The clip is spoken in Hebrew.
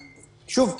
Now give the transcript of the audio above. שוב,